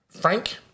Frank